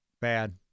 Bad